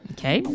Okay